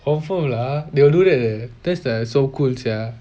confirm lah they will do that leh that's the so cool sia